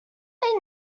they